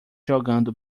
jogando